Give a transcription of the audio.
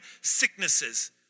sicknesses